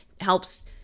helps